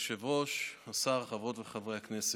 כבוד היושב-ראש, השר, חברות וחברי הכנסת,